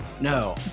no